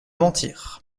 mentir